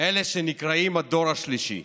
אלה שנקראים הדור השלישי.